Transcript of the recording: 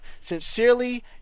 Sincerely